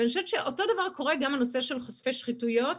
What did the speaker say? אותו דבר קורה גם בנושא של חושפי שחיתויות